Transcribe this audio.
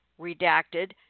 redacted